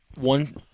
one